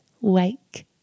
wake